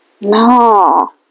No